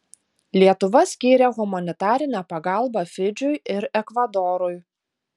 lietuva skyrė humanitarinę pagalbą fidžiui ir ekvadorui